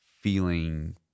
feeling